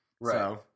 Right